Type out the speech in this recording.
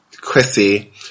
Chrissy